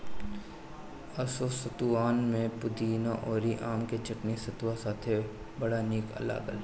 असो सतुआन में पुदीना अउरी आम के चटनी सतुआ साथे बड़ा निक लागल